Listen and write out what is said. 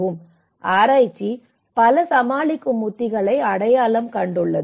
L 2853 முதல் 2954 வரை ஆராய்ச்சி பல சமாளிக்கும் உத்திகளை அடையாளம் கண்டுள்ளது